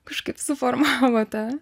kažkaip suformavo tą